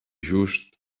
just